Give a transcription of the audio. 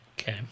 Okay